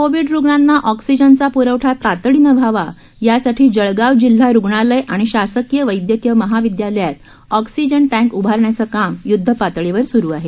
Covid रुग्णांना ऑक्सिजनचा प्रवठा तातडीनं व्हावा यासाठी जळगाव जिल्हा रुग्णालय आणि शासकीय वैदयकीय महाविदयालयात ऑक्सीजन टँक उभारण्याचं काम यदधपातळीवर सुरू आहे